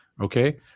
Okay